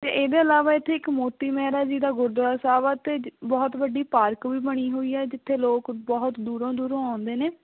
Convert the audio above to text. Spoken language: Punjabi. ਅਤੇ ਇਹਦੇ ਇਲਾਵਾ ਇੱਥੇ ਇੱਕ ਮੋਤੀ ਮਹਿਰਾ ਜੀ ਦਾ ਗੁਰਦੁਆਰਾ ਸਾਹਿਬ ਆ ਅਤੇ ਬਹੁਤ ਵੱਡੀ ਪਾਰਕ ਵੀ ਬਣੀ ਹੋਈ ਹੈ ਜਿੱਥੇ ਲੋਕ ਬਹੁਤ ਦੂਰੋਂ ਦੂਰੋਂ ਆਉਂਦੇ ਨੇ